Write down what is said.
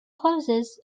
closes